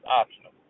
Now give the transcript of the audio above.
optional